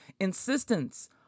insistence